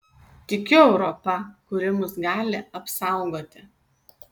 tikiu europa kuri mus gali apsaugoti